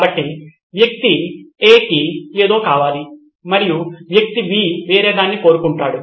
కాబట్టి వ్యక్తి 'ఎ' కి ఏదో కావాలి మరియు వ్యక్తి 'బి' వేరేదాన్ని కోరుకుంటాడు